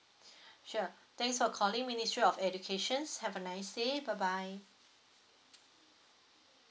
sure thanks for calling ministry of educations have a nice day bye bye